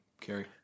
Carrie